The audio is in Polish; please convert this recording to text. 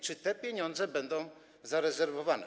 Czy te pieniądze będą zarezerwowane?